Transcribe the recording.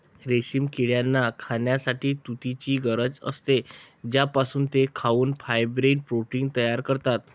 रेशीम किड्यांना खाण्यासाठी तुतीची गरज असते, ज्यापासून ते खाऊन फायब्रोइन प्रोटीन तयार करतात